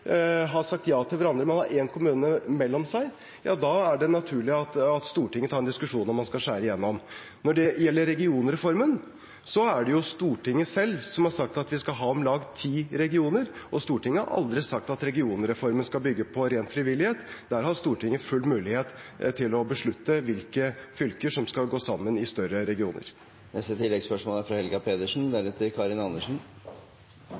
har sagt ja til hverandre, men har en kommune mellom seg. Da er det naturlig at Stortinget tar en diskusjon om man skal skjære igjennom. Når det gjelder regionreformen, er det Stortinget selv som har sagt at vi skal ha om lag ti regioner, og Stortinget har aldri sagt at regionreformen skal bygge på ren frivillighet. Der har Stortinget full mulighet til å beslutte hvilke fylker som skal gå sammen i større regioner.